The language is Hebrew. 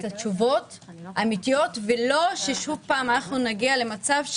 התשובות האמיתיות ולא ששוב נגיע למצב שכי"ל,